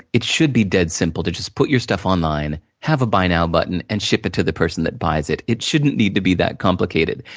it should just be dead simple, to just put your stuff online, have a buy now button, and ship it to the person that buys it. it shouldn't need to be that complicated.